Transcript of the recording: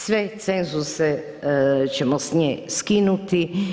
Sve cenzuse ćemo s nje skinuti.